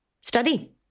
study